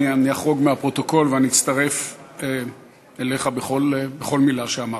אחרוג מהפרוטוקול ואצטרף אליך בכל מילה שאמרת.